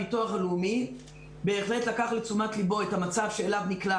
הביטוח הלאומי בהחלט לקח לתשומת ליבו את המצב שאליו נקלע